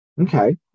Okay